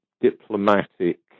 diplomatic